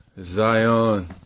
Zion